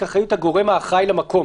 אני מתקן: "אחריות הגורם האחראי למקום",